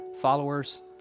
followers